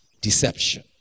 deception